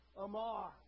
Amar